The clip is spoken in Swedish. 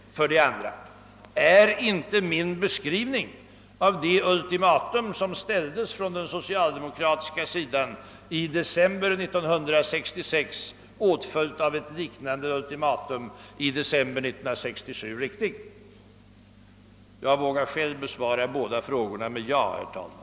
Den andra frågan är: Är inte min beskrivning av det ultimatum som ställdes från socialdemokraterna i december 1966, åtföljt av ett liknande ultimatum i december 1967, riktig? Jag vågar själv besvara båda frågorna med ja, herr talman.